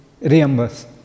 reimburse